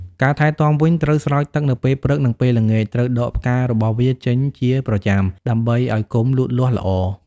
ការថែទាំវិញ ត្រូវស្រោចទឹកនៅពេលព្រឹក និងពេលល្ងាច ត្រូវដកផ្ការបស់វាចេញជាប្រចាំ ដើម្បីឱ្យគុម្ពលូតលាស់ល្អ។